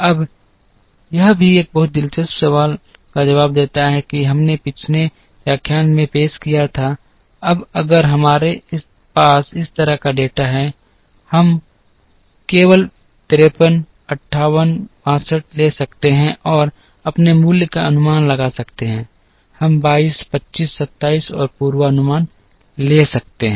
अब यह भी एक बहुत ही दिलचस्प सवाल का जवाब देता है कि हमने पिछले व्याख्यान में पेश किया था अब अगर हमारे पास इस तरह का डेटा है अब हम केवल 53 58 62 ले सकते हैं और अगले मूल्य का अनुमान लगा सकते हैं हम 22 25 27 और पूर्वानुमान ले सकते हैं